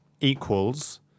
equals